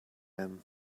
him